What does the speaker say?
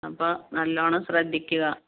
അപ്പോൾ നല്ലവണ്ണം ശ്രദ്ധിക്കുക